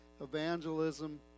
evangelism